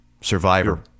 Survivor